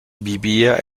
vivía